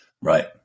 right